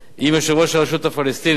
עם יושב-ראש הרשות הפלסטינית